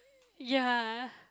ya